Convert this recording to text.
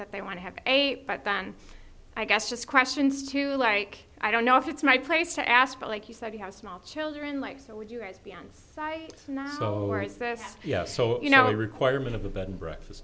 that they want to have eight but then i guess just questions to like i don't know if it's my place to ask but like you said you have small children like so would you as be on site so i says yeah so you know the requirement of a bed and breakfast